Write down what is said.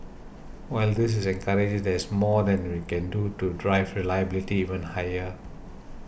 while this is encouraging there's more that we can do to drive reliability even higher